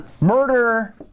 murder